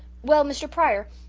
well, mr. pryor,